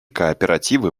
кооперативы